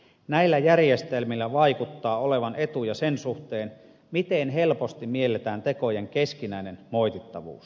näillä järjestelmillä vaikuttaa olevan etuja sen suhteen miten helposti mielletään tekojen keskinäinen moitittavuus